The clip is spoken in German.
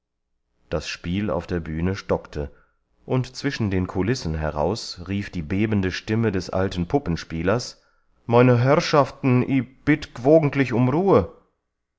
das spiel auf der bühne stockte und zwischen den kulissen heraus rief die bebende stimme des alten puppenspielers meine herrschaft'n i bitt g'wogentlich um ruhe